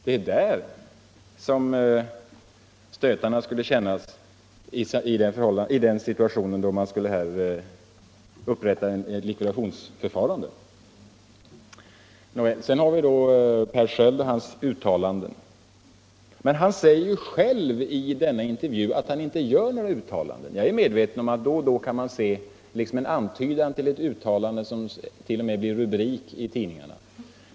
Det är där stötarna skulle kännas om man inledde detta likvidationsförfarande. Sedan har vi Per Sköld och hans uttalanden. Han säger ju själv i denna intervju att han inte gör några uttalanden. Jag är medveten om att då och då kan man se en antydan till ett uttalande som t.o.m. blir rubrik i tidningarna.